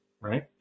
right